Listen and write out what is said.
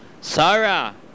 Sarah